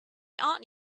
aunt